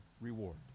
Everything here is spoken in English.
reward